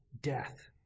death